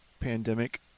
pandemic